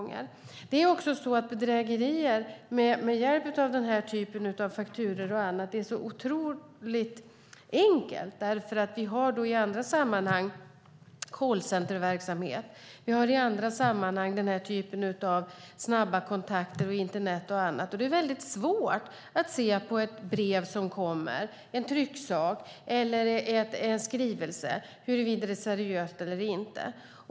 Bedrägerier med den typen av fakturor är oerhört enkla. I andra sammanhang har vi callcenterverksamhet och olika typer av snabba kontakter, internet och annat. Det är svårt att se på ett brev, en trycksak eller en skrivelse som kommer huruvida det är seriöst eller inte.